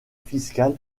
fiscal